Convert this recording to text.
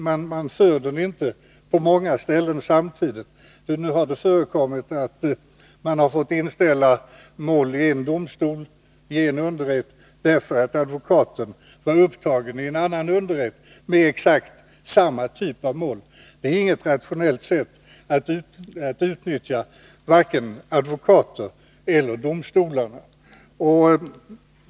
Det kommer inte att samtidigt föras flera processer på olika ställen. Nu har det förekommit att man fått inställa förhandlingar i en underrätt därför att advokaten varit upptagen i en annan underrätt — med exakt samma typ av mål! Det är inget rationellt sätt att utnyttja vare sig advokater eller domstolar.